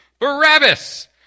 Barabbas